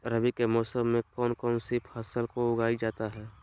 रवि के मौसम में कौन कौन सी फसल को उगाई जाता है?